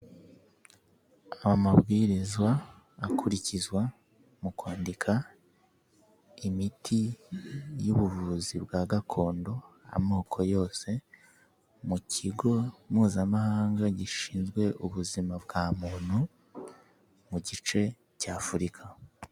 Amabwizwa akurikizwa mu kwandika imiti y'ubuvuzi bwa gakondo, amoko yose mu kigo Mpuzamahanga gishinzwe ubuzima bwa muntu mu gice cy'Afurika.